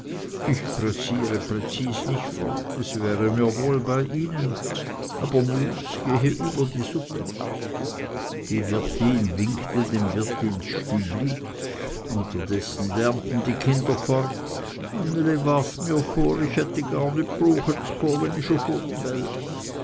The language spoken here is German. ich pressiere präzis nicht fort es wäre mir wohl bei ihnen aber mus gehe über suppe die wirtin winkte dem wirt ins stübli unterdessen lärmten die kinder fort anneli warf mir vor ih hätt gar nit